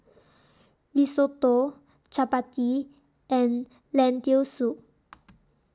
Risotto Chapati and Lentil Soup